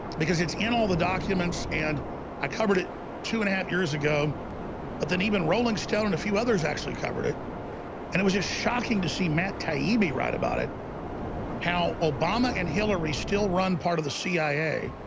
because it's in all the documents and i covered it two and a half years ago but then even rowling's telling a few others actually covered it and it was just shocking to see matt taibbi write about it how obama and hillary still run part of the cia?